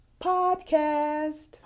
podcast